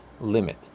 limit